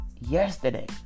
yesterday